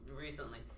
recently